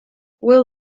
will